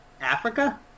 Africa